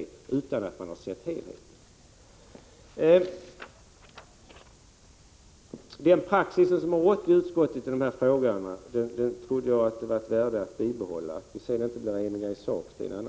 Jag trodde alltså att det var av värde att bibehålla den praxis som har rått i utskottet. Det är något annat om vi sedan inte blir eniga i sak. Låt mig